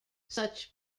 such